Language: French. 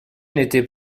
n’était